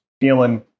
feeling